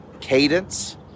cadence